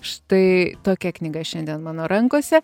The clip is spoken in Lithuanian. štai tokia knyga šiandien mano rankose